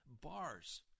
bars